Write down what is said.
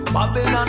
Babylon